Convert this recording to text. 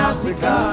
Africa